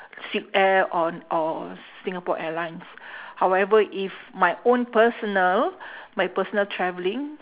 silk-air on or singapore airlines however if my own personal my personal travelling